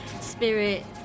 spirit